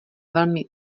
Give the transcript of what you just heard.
velmi